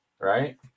right